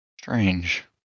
Strange